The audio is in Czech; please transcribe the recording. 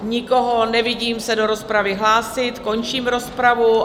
Nikoho nevidím se do rozpravy hlásit, končím rozpravu.